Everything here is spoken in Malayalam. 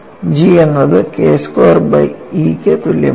G എന്നത് K സ്ക്വയർ ബൈ E തുല്യമാണ്